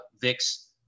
VIX